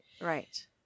Right